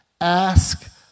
Ask